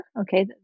okay